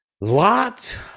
Lot